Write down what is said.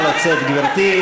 המהפכה התחבורתית,